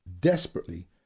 desperately